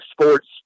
sports